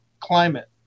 climate